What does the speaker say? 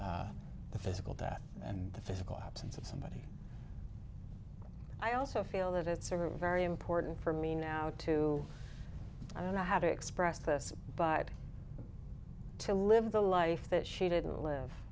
the physical death and the physical absence of somebody i also feel that it's are very important for me now to i don't know how to express this but to live the life that she didn't live